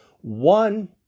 One